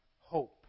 hope